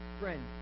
Friend